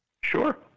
Sure